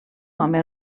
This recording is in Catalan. home